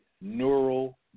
neural